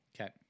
Okay